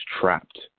trapped